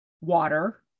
water